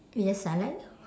yes I like